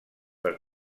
per